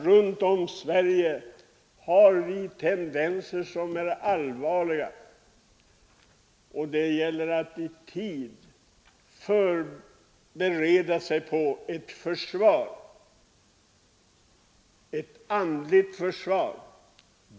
Runt om vårt land finns nämligen allvarliga tendenser som gör det nödvändigt att vi i tid förbereder oss på ett andligt försvar.